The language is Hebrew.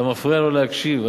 אתה מפריע לו להקשיב.